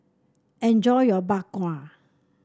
enjoy your Bak Kwa